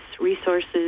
resources